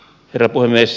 herra puhemies